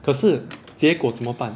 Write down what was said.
可是结果怎么办